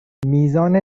میزان